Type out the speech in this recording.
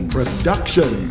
Production